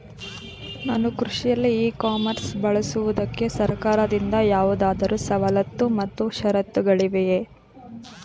ನಾನು ಕೃಷಿಯಲ್ಲಿ e commerce ಬಳಸುವುದಕ್ಕೆ ಸರ್ಕಾರದಿಂದ ಯಾವುದಾದರು ಸವಲತ್ತು ಮತ್ತು ಷರತ್ತುಗಳಿವೆಯೇ?